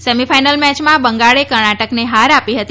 semi final મેચમાં બંગાળે કર્ણાટકને હાર આપી હતી